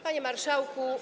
Panie Marszałku!